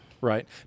Right